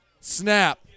Snap